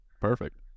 perfect